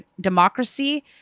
democracy